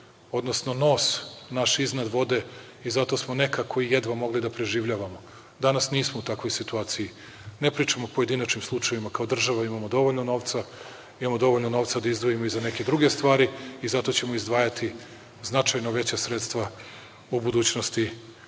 odnosno nos naš iznad vode i zato smo nekako jedva mogli da preživljavamo. Danas nismo u takvoj situaciji. Ne pričam o pojedinačnim slučajevima, kao država imamo dovoljno novca, imamo dovoljno novca da izdvojimo i za neke druge stvari i zato ćemo izdvajati značajno veća sredstva u budućnosti